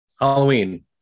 Halloween